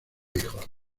hijos